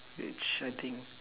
which I think